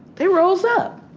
they rose up,